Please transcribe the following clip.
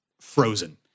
frozen